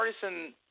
partisan